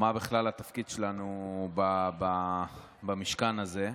או מה בכלל התפקיד שלנו במשכן הזה,